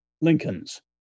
Lincolns